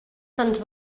tants